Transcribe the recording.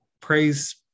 praise